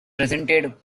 presented